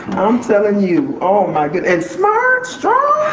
telling you. oh my good, and smart, strong.